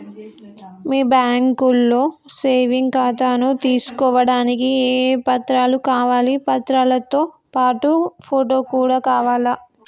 మీ బ్యాంకులో సేవింగ్ ఖాతాను తీసుకోవడానికి ఏ ఏ పత్రాలు కావాలి పత్రాలతో పాటు ఫోటో కూడా కావాలా?